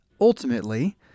ultimately